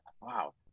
wow